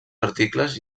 articles